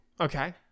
Okay